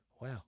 Wow